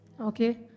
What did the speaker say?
Okay